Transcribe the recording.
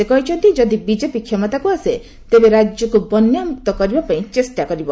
ସେ କହିଛନ୍ତି ଯଦି ବିଜେପି କ୍ଷମତାକୁ ଆସେ ତେବେ ରାଜ୍ୟକୁ ବନ୍ୟାମୁକ୍ତ କରିବା ପାଇଁ ଚେଷ୍ଟା କରିବ